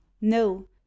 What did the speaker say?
No